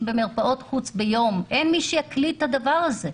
10,000 איש במרפאות חוץ ביום אין מי שיקליד את הדבר הזה.